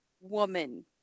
woman